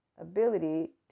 ability